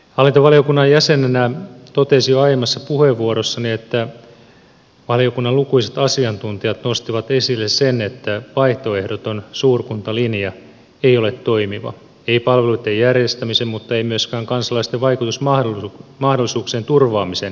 hallintovaliokunnan jäsenenä totesin jo aiemmassa puheenvuorossani että valiokunnan lukuisat asiantuntijat nostivat esille sen että vaihtoehdoton suurkuntalinja ei ole toimiva ei palveluitten järjestämisen mutta ei myöskään kansalaisten vaikutusmahdollisuuksien turvaamisen vuoksi